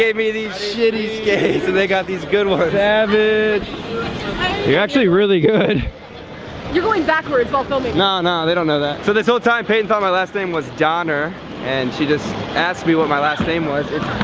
me these shitty skates and they got these good ones savage you are actually really good you going backwards while filming nah nah they don't know that so this whole time peyton thought my last name was doner and she just asked me what my last name was its.